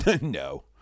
No